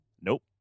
Nope